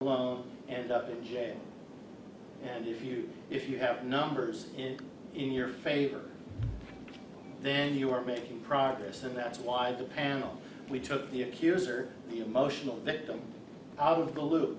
alone and in jail and if you if you have numbers in your favor then you are making progress and that's why the panel we took the accuser the emotional victim out of the loop